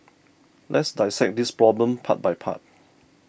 let's dissect this problem part by part